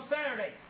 Saturday